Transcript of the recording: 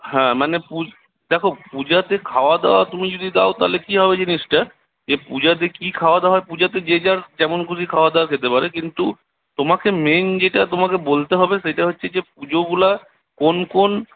হ্যাঁ মানে পু দেখো পূজাতে খাওয়াদাওয়া তুমি যদি দাও তাহলে কি হবে জিনিসটা যে পূজাতে কি খাওয়াদাওয়া হয় পূজাতে যে যার যেমন খুশি খাওয়াদাওয়া খেতে পারে কিন্তু তোমাকে মেন যেটা তোমাকে বলতে হবে সেইটা হচ্ছে যে পূজোগুলা কোন কোন